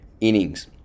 innings